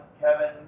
Kevin